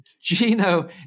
Gino